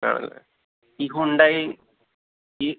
ആണല്ലേ ഈ ഹുണ്ടായ് ഈ